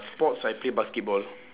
sports I play basketball